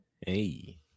Hey